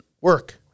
work